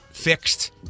Fixed